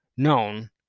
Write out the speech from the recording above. Known